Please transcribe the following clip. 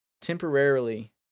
Temporarily